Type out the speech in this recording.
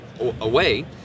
away